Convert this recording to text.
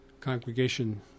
congregation